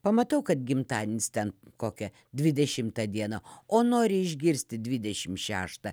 pamatau kad gimtadienis ten kokią dvidešimtą dieną o nori išgirsti dvidešim šeštą